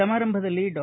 ಸಮಾರಂಭದಲ್ಲಿ ಡಾ